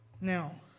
Now